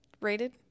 rated